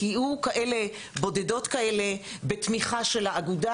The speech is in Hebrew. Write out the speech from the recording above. יהיה מספר בודד של מרפאות כאלה, בתמיכה של האגודה,